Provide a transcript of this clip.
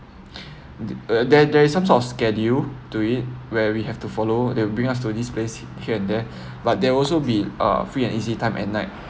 the there there is some sort of schedule to it where we have to follow they'll bring us to this place here and there but there also be uh free and easy time at night